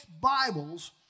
Bibles